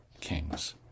kings